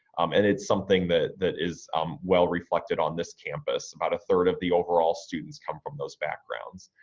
um and it's something that that is um well reflected on this campus. about a third of the overall students come from those backgrounds.